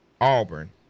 Auburn